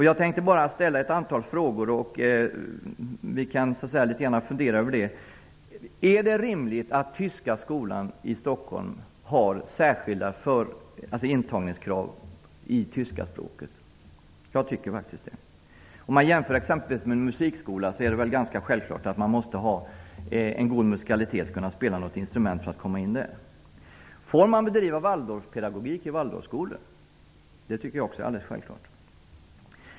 Jag tänkte ställa ett antal frågor som vi kan fundera över. Är det rimligt att Tyska skolan i Stockholm har särskilda intagningskrav i tyska språket? Jag tycker faktiskt det. Jämför t.ex. med en musikskola. Det är väl ganska självklart att man måste vara musikalisk och kunna spela ett instrument för att kunna komma in där. Får man bedriva Waldorfpedagogik i Waldorfskolor? Det tycker jag också är alldeles självklart.